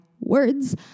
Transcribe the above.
words